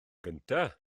gyntaf